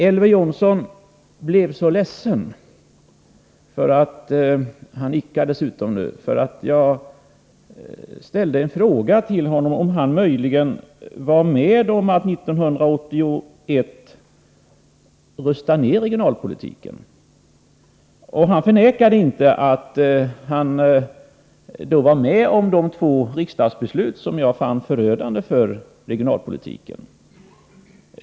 Elver Jonsson blev ledsen — han nickar nu — därför att jag ställde en fråga till honom huruvida han möjligen var med om att 1981 rusta ned regionalpolitiken. Han förnekade inte att han var med om de två riksdagsbeslut som blev förödande för regionalpolitiken.